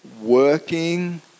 working